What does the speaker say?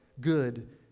good